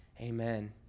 Amen